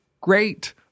Great